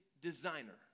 designer